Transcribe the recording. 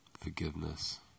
forgiveness